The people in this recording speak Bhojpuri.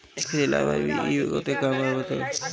एकरी अलावा भी इ बहुते काम आवत हवे